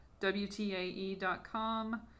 WTAE.com